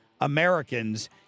Americans